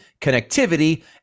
connectivity